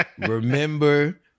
Remember